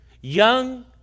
young